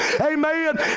Amen